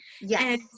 Yes